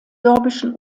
sorbischen